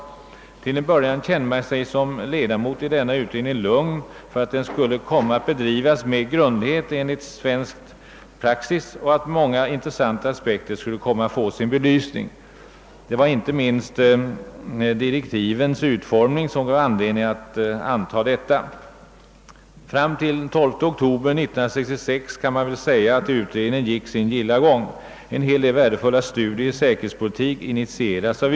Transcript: Till en början kände man sig som ledamot lugn för att den skulle komma att bedrivas med grundlighet enligt svensk praxis och att många intressanta aspekter skulle komma att få sin belysning. Det var inte minst direktivens utformning som gav anledning att anta detta. Fram till den 12 oktober 1966 kan man säga att utredningen gick sin gilla gång. Den tog initiativ till en hel del värdefulla studier i säkerhetspolitik.